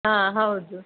ಹಾಂ ಹೌದು